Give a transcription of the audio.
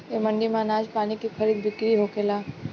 ए मंडी में आनाज पानी के खरीद बिक्री होखेला